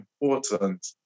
important